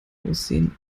aussehen